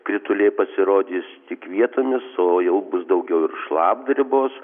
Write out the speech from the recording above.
krituliai pasirodys tik vietomis o jau bus daugiau ir šlapdribos